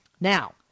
Now